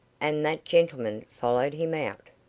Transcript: and that gentleman followed him out.